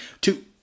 two